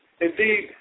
indeed